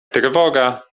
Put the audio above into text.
trwoga